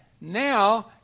now